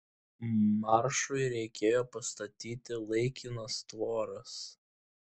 maršui reikėjo pastatyti laikinas tvoras